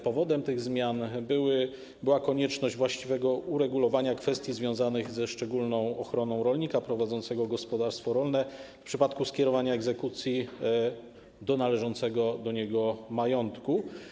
Powodem tych zmian była konieczność właściwego uregulowania kwestii związanych ze szczególną ochroną rolnika prowadzącego gospodarstwo rolne w przypadku skierowania egzekucji z należącego do niego majątku.